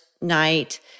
night